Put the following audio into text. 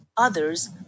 Others